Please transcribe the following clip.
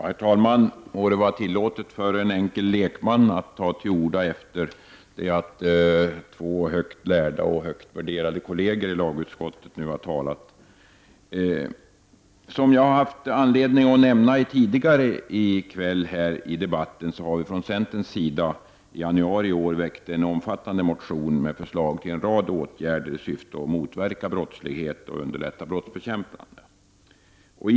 Herr talman! Det må vara tillåtet också för en enkel lekman att ta till orda efter det att två högt lärda och högt värderade kolleger i lagutskottet nu har talat. Som jag har haft anledning att nämna tidigare i kväll väckte vi från centerns sida i januari i år en omfattande motion med förslag till en rad åtgärder i syfte att motverka brottslighet och underlätta brottsbekämpning.